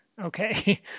Okay